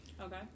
Okay